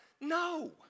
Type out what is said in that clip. No